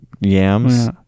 yams